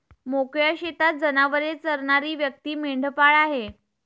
मोकळ्या शेतात जनावरे चरणारी व्यक्ती मेंढपाळ आहे